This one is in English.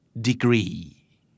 Degree